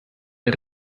der